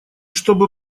чтобы